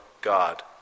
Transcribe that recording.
God